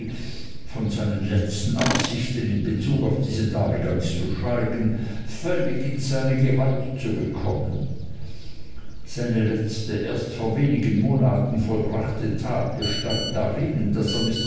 von seinen letzten absichten in bezug auf diese dame ganz zu schweigen völlig in seine gewalt zu bekommen seine letzte erst vor wenigen monaten vollbrachte tat bestand darin daß er